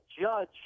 judge